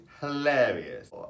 hilarious